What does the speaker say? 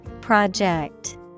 Project